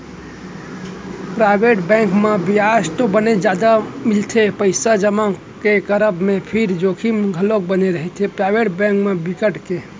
private bank म बियाज तो बने जादा मिलथे पइसा जमा के करब म फेर जोखिम घलोक बने रहिथे, पराइवेट बेंक म बिकट के